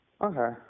Okay